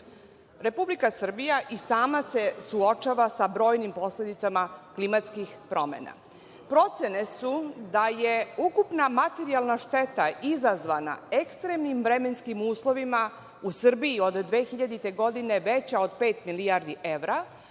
sveta. Republika Srbija i sama se suočava sa brojnim posledicama klimatskih promena. Procene su da je ukupna materijalna šteta izazvana ekstremnim vremenskim uslovima u Srbiji od 2000. godine, veća od pet milijardi evra,